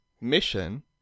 mission